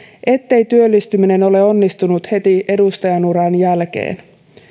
ettei työllistyminen ole onnistunut heti edustajanuran jälkeen